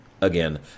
Again